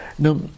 Now